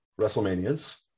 WrestleManias